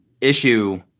issue